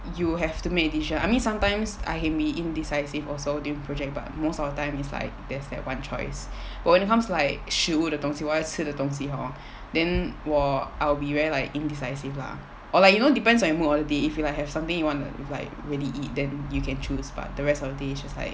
you have to make a decision I mean sometimes I may indecisive also during the project but most of the time is like there's that one choice when it comes to like 食物的东西我爱吃的东西 hor then 我 I'll be very like indecisive lah or like you know depends on mood of the day if you like have something you want to like really eat then you can choose but the rest of the day is just like